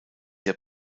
der